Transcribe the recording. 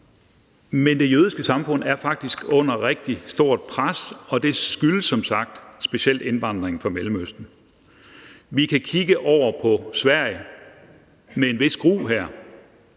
Men det jødiske samfund er faktisk under et rigtig stort pres, og det skyldes som sagt specielt indvandringen fra Mellemøsten. Vi kan her kigge over på Sverige med en vis gru. Der